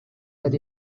that